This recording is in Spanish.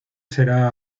será